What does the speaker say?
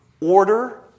Order